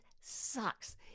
sucks